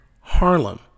Harlem